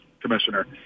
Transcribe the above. commissioner